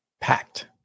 packed